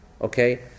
Okay